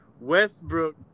Westbrook